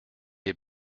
est